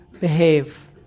behave